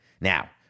now